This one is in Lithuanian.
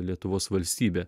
lietuvos valstybę